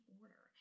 order